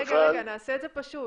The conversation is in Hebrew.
רגע, רגע, נעשה את זה פשוט.